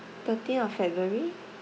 thirteen of february